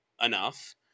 enough